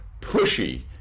Pushy